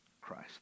Christ